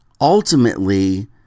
Ultimately